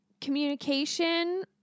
communication